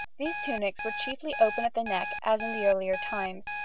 these tunics were chiefly open at the neck as in the earlier times,